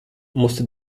musste